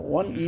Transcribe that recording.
one